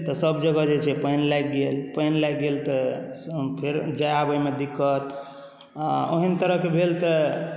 तऽ सभजगह जे छै पानि लागि गेल पानि लागि गेल तऽ फेर जाय आबयमे दिक्कत आ ओहन तरहके भेल तऽ